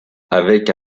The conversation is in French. avec